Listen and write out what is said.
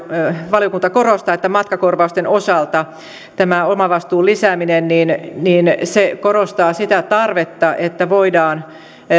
valiokunta korostaa että matkakorvausten osalta tämä omavastuun lisääminen korostaa sitä tarvetta että voidaan